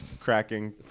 Cracking